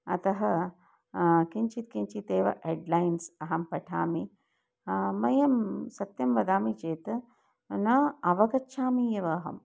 अतः किञ्चित् किञ्चित् एव हेड्लैन्स् अहं पठामि मयं सत्यं वदामि चेत् न अवगच्छामि एव अहं